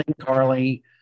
Carly